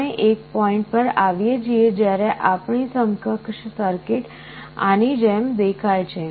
આપણે એક પોઇન્ટ પર આવીએ છીએ જ્યારે આપણી સમકક્ષ સર્કિટ આની જેમ દેખાય છે